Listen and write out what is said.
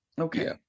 okay